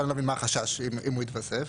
אני לא מבין מה החשש אם הוא יתווסף?